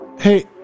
Hey